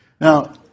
Now